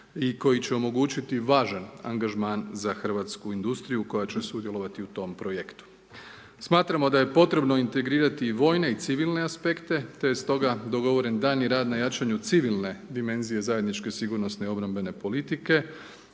i koji će omogućiti važan angažman za hrvatsku industriju koja će sudjelovati u tome projektu. Smatramo da je potrebno integrirati i vojne i civilne aspekte, te stoga dogovoren daljnji rad na jačanju civilne dimenzije zajedničke sigurnosne obrambene politike,